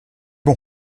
bon